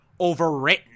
overwritten